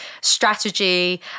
strategy